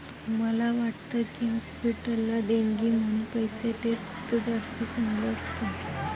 मला वाटतं की, हॉस्पिटलला देणगी म्हणून पैसे देणं जास्त चांगलं असतं